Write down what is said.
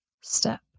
step